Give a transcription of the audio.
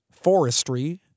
forestry